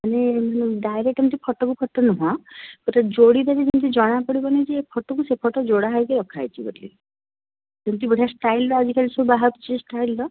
ମାନେ ଡାଇରେକ୍ଟ ଏମିତି ଫଟୋକୁ ଫଟୋ ନୁହେଁ ଗୋଟେ ଯୋଡ଼ିଲେ ବି ଯେମିତି ଜଣାପଡ଼ିବନି ଯେ ଏ ଫଟୋକୁ ସେ ଫଟୋ ଯୋଡ଼ା ହେଇକି ରଖାହେଇଛି ବୋଲି ଏମିତି ବଢ଼ିଆ ଷ୍ଟାଇଲ୍ର ଆଜିକାଲି ସବୁ ବାହାରୁଛି ଷ୍ଟାଇଲ୍ର